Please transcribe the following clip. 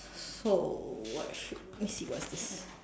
so what should we see what's this